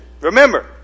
Remember